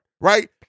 right